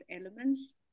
elements